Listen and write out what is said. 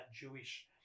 Jewish